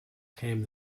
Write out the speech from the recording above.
came